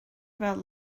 about